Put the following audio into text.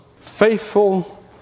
faithful